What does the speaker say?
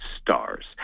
Stars